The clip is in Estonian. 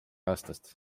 aastast